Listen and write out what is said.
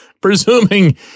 presuming